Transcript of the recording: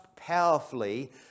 powerfully